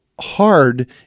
hard